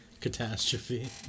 Catastrophe